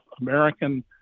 American